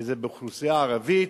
וזה באוכלוסייה הערבית.